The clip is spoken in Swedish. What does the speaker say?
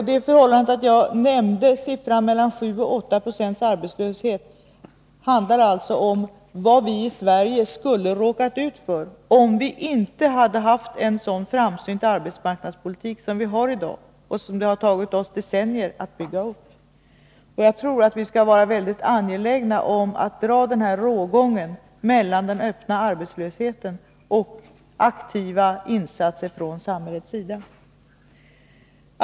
Det förhållandet att ; Stockholms jag nämnde siffran 7-8 26 arbetslöshet handlar alltså om vad vi i Sverige skulle ha råkat ut för om vi inte hade haft en sådan framsynt arbetsmarknadspolitik som den vi har i dag och som det har tagit oss decennier att bygga upp. Jag tror att vi skall vara mycket angelägna om att dra denna rågång mellan den öppna arbetslösheten och aktiva insatser från samhällets sida.